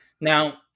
now